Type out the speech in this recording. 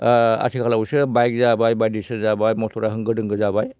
आथिखालावसो बाइक जाबाय बायदिसिना जाबाय मथरा होंगो दोंगो जाबाय